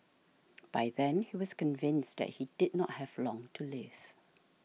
by then he was convinced that he did not have long to live